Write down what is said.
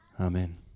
Amen